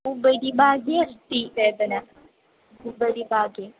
उपरि भागे अस्ति वेदना उपरि भागे